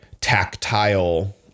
tactile